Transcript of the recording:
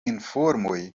informoj